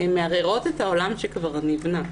מערערות את העולם שכבר נבנה.